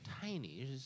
tiny